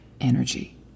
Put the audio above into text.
energy